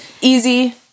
easy